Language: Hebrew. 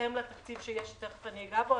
בהתאם לתקציב שיש תיכף אני אגע בו,